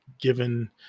given